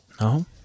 No